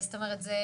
שאמרתם.